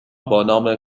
بانام